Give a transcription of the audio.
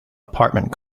apartment